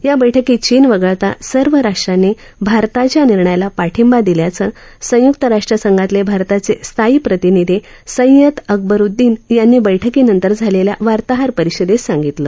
या बैठकीत चीन वगळता सर्व राष्ट्रांनी भारताच्या निर्णयाला ाठिंबा दिल्याचं संयुक्त राष्ट्रसंघातल भारताच स्थायी प्रतिनिधी सय्यद अकबरुद्दीन यांनी बैठकीनंतर झाल या वार्ताहर रिषदप्र सांगितलं